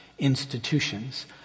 Institutions